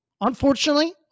unfortunately